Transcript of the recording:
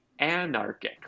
anarchic